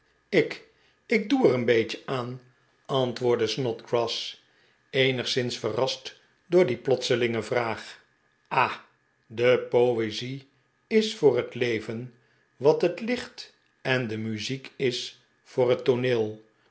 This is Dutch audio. ik ik doe er een beetje aan r antwoordde snodgrass eenigszins verrast door die plotselinge vraag ah de poezie is voor liet leyen wat het licht en de muziek is voor het tooneel